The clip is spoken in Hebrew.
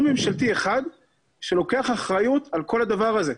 ממשלתי אחד שלוקח אחריות על כל הדבר הזה.